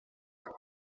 ele